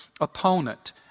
opponent